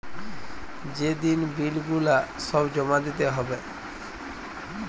যে দিন বিল গুলা সব জমা দিতে হ্যবে